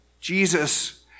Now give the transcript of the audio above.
Jesus